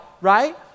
right